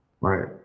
right